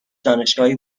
دانشگاهی